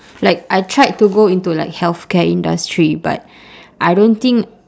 like I tried to go into like healthcare industry but I don't think